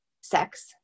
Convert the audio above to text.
sex